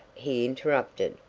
he interrupted,